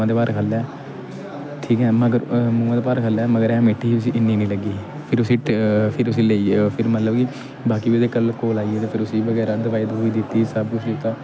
इ'यां मुहां दे पार खल्लें ऐ मिट्टी ही उसी इ'न्नी नीं लगी फिर उसी फिर उसी लेइये फिर मतलब कि बाकी बी उ'दे कोल आइये फेर उसी बगैरा दवाई दवुई दित्ती सब कुछ दित्ता